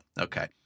Okay